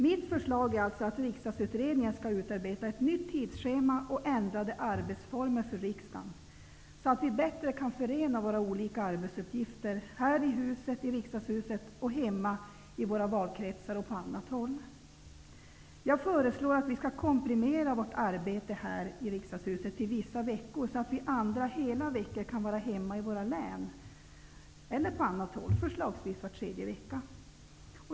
Mitt förslag är att Riksdagsutredningen skall utarbeta ett nytt tidsschema och ändrade arbetsformer för riksdagen, så att vi bättre kan förena våra olika arbetsuppgifter i riksdagshuset, hemma i våra valkratsar och på annat håll. Jag föreslår att vi skall komprimera vårt arbete till vissa veckor, så att vi andra hela veckor kan vara hemma i våra län eller på annat hålla förslagsvis var tredje vecka.